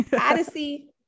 odyssey